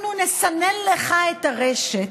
אנחנו נסנן לך את הרשת,